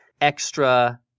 extra